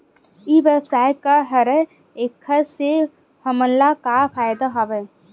ई व्यवसाय का हरय एखर से हमला का फ़ायदा हवय?